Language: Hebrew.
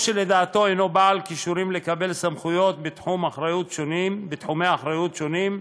או שלדעתו אינו בעל כישורים לקבל סמכויות בתחומי אחריות שונים,